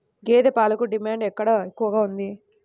గేదె పాలకు డిమాండ్ ఎక్కడ ఎక్కువగా ఉంది?